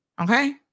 Okay